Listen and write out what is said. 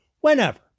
whenever